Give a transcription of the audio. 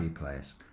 players